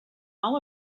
all